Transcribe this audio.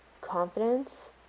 confidence